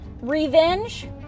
revenge